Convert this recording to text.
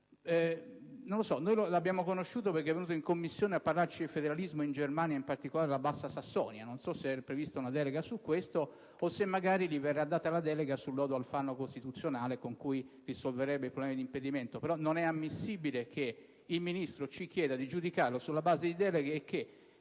l'abbiamo conosciuto perché è venuto in Commissione a parlarci di federalismo in Germania, in particolare nella Bassa Sassonia: non so se è prevista una delega su questo o se magari gli verrà data la delega sul lodo Alfano costituzionale, con cui risolverebbe il problema dell'impedimento. Però non è ammissibile che il Ministro ci chieda di giudicarlo sulla base delle deleghe